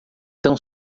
tão